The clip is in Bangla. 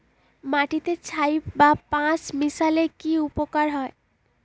মাটিতে ছাই বা পাঁশ মিশালে কি উপকার হয়?